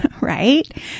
Right